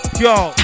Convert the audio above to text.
yo